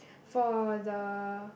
for the